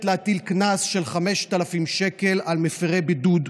להטיל קנס של 5,000 שקל על מפירי בידוד.